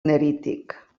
nerític